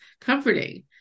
comforting